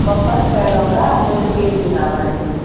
బొప్పాస్ కాయలు ఒకా మూడు కేజీలు కావాలండి